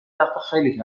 وقتاخیلی